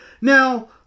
Now